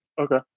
Okay